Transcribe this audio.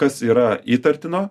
kas yra įtartino